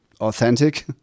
authentic